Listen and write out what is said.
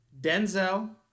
Denzel